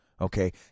Okay